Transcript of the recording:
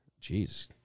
Jeez